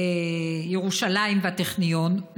ירושלים והטכניון,